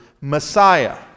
Messiah